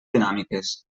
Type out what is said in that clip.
dinàmiques